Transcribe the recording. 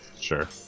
sure